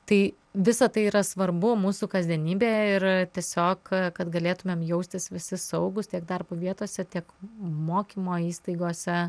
tai visa tai yra svarbu mūsų kasdienybėje ir tiesiog kad galėtumėm jaustis visi saugūs tiek darbo vietose tiek mokymo įstaigose